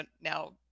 now